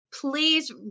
please